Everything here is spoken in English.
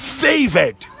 favored